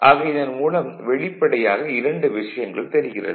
ஆக இதன் மூலம் வெளிப்படையாக இரண்டு விஷயங்கள் தெரிகிறது